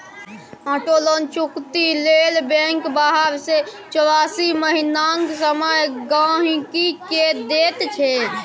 auto loan चुकती लेल bank बारह सँ चौरासी महीनाक समय गांहिकी केँ दैत छै